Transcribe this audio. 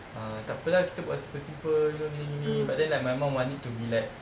uh tak apa lah kita buat simple simple you know gini gini but then like my mum want it to be like